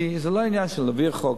כי זה לא עניין של להעביר חוק,